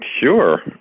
Sure